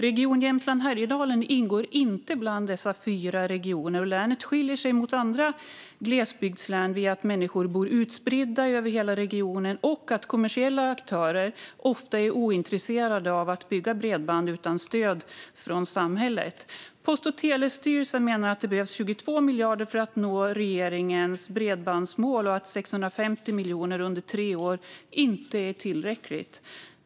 Region Jämtland Härjedalen ingår inte bland dessa fyra regioner, och länet skiljer sig från andra glesbygdslän genom att människor bor utspridda över hela regionen och att kommersiella aktörer ofta är ointresserade av att bygga bredband utan stöd från samhället. Post och telestyrelsen menar att det behövs 22 miljarder för att nå regeringens bredbandsmål och att 650 miljoner under tre år inte är tillräckligt.